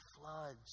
floods